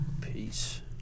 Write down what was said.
Peace